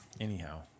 Anyhow